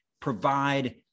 provide